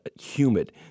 Humid